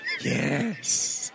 Yes